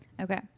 Okay